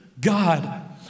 God